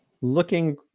looking